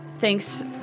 thanks